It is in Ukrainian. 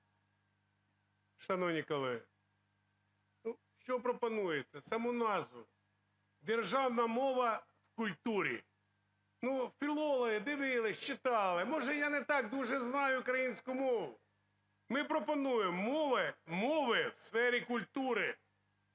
Шановні колеги, що пропонується? Саму назву "державна мова в культурі". Ну, філологи дивилися, читали, може, я не так дуже знаю українську мову? Ми пропонуємо: "Мови у сфері культури".